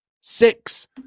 six